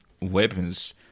weapons